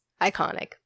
Iconic